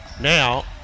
Now